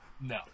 No